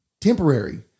temporary